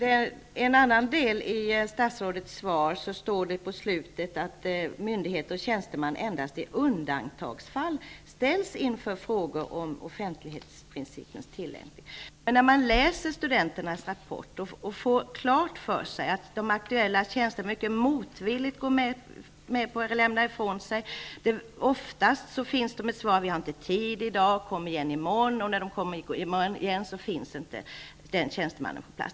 Herr talman! Det står i slutet av statsrådets svar att myndigheter och tjänstemän endast i undantagsfall ställs inför frågor om offentlighetsprincipens tillämpning. Men den som läser studenternas rapport får klart för sig att de aktuella tjänstemännen mycket motvilligt gått med på att lämna ifrån sig material. Svaret är oftast: Vi har inte tid i dag. Kom igen i morgon. Men när man sedan kommer igen, finns inte tjänstemannen på plats.